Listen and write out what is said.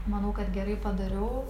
manau kad gerai padariau